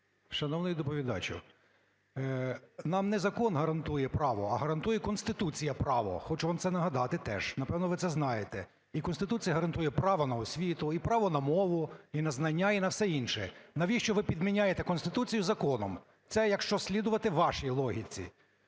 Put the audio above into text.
Шановний доповідачу, нам не закон гарантує право, а гарантує Конституція право, хочу вам це нагадати теж. Напевно, ви це знаєте. І Конституція гарантує право на освіту і право на мову, і на знання, і на все інше. Навіщо ви підміняєте Конституцію законом? Це якщо слідувати вашій логіці,